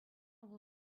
вӑл